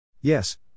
Yes